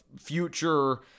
future